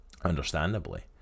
understandably